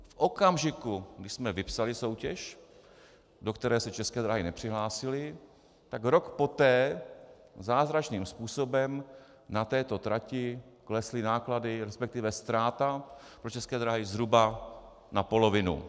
V okamžiku, když jsme vypsali soutěž, do které se České dráhy nepřihlásily, tak rok poté zázračným způsobem na této trati klesly náklady, resp. ztráta pro České dráhy, zhruba na polovinu.